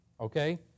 Okay